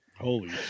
Holy